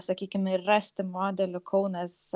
sakykime ir rasti modelių kaunas